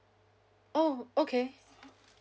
oh okay